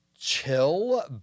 chill